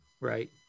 Right